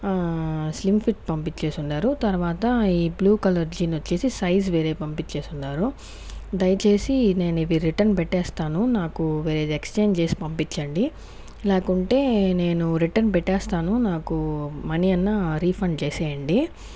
slim fit పంపించేసి ఉన్నారు తరువాత ఈ బ్లూ కలర్ జీన్ వచ్చేసి సైజ్ వేరే పంపించేసి ఉన్నారు దయచేసి నేను ఇది రిటర్న్ పెట్టేస్తాను నాకు వేరేది ఎక్స్చేంజ్ చేసి పంపించండి లేకుంటే నేను రిటర్న్ పెట్టేస్తాను నాకు మనీ అన్న రిఫండ్ చేసేయండి